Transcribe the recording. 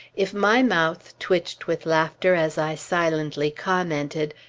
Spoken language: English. if my mouth twitched with laughter as i silently commented,